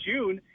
June